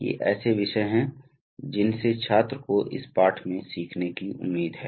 ये ऐसे विषय हैं जिनसे छात्र को इस पाठ से सीखने की उम्मीद है